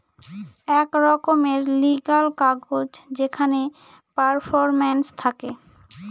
এক রকমের লিগ্যাল কাগজ যেখানে পারফরম্যান্স থাকে